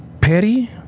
Perry